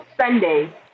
Sunday